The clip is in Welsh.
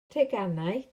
teganau